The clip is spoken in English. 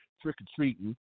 trick-or-treating